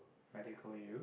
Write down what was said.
medical U